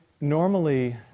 normally